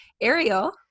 Ariel